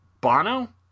Bono